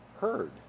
heard